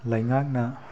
ꯂꯩꯉꯥꯛꯅ